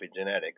epigenetics